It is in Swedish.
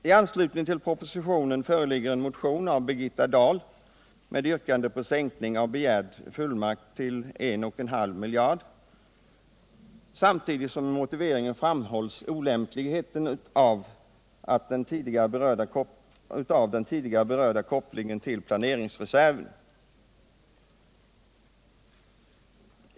I anslutning till propositionen föreligger en motion av Birgitta Dahl med yrkande på begränsning av den begärda fullmakten till 1,5 miljarder. I motiveringen framhålls också olämpligheten av den tidigare berörda kopplingen till planeringsreserven.